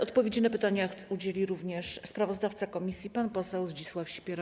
Odpowiedzi na pytania udzieli również sprawozdawca komisji pan poseł Zdzisław Sipiera.